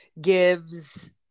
gives